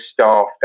staff